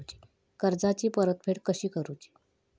कर्जाची परतफेड कशी करूची?